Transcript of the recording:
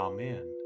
Amen